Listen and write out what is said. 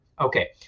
Okay